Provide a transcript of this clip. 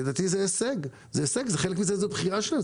לדעתי זה הישג, חלק מזה זה בחירה שלהם.